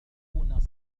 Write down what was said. القيادة